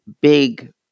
big